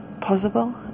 possible